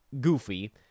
goofy